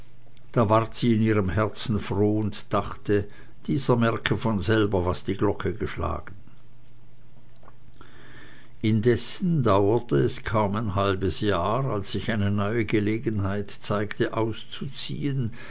da ward sie in ihrem herzen froh und dachte dieser merke von selber was die glocke geschlagen indessen dauerte es kaum ein halbes jahr als sich eine neue gelegenheit zeigte auszuziehen